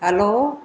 hello